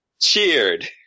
cheered